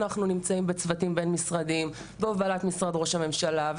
אנחנו נמצאים בצוותים בין משרדיים בהובלת משרד ראש הממשלה,